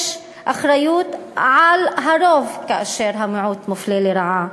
יש אחריות על הרוב כאשר המיעוט מופלה לרעה,